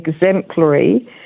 exemplary